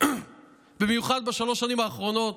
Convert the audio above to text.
במיוחד בשלוש השנים האחרונות,